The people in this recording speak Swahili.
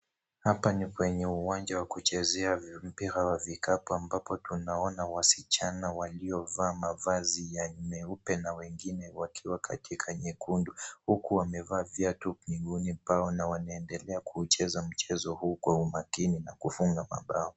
Hapa ni kwenye uwanja wa kuchezea mpira wa vikapu ambapo tunaona wasichana walio vaa mavazi ya meupe na wengine wakiwa katika kwenye nyekundu huku wamevaa viatu miguuni pao na wanaendelea kuucheza mchezo huu kwa umakini na kufunga mabao.